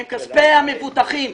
אלא הם כספי המבוטחים.